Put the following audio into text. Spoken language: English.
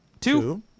Two